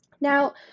Now